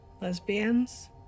Lesbians